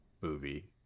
movie